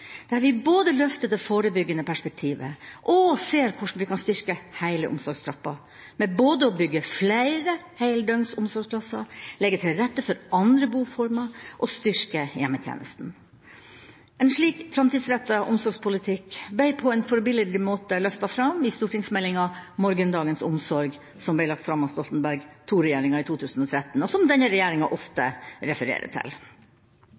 der vi både løfter det forbyggende perspektivet og ser på hvordan vi kan styrke hele omsorgstrappa – med både å bygge flere heldøgns omsorgsplasser, legge til rette for andre boformer og styrke hjemmetjenesten. En slik framtidsrettet omsorgspolitikk ble på en forbilledlig måte løftet fram i stortingsmeldinga «Morgendagens omsorg», som ble lagt fram av Stoltenberg II-regjeringa i 2013, og som denne regjeringa ofte refererer til.